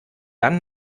dann